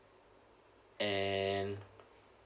and